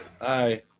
hi